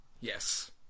Yes